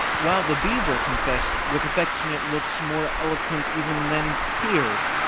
while the beaver confessed, with affectionate looks more eloquent even than tears,